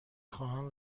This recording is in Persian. خواهم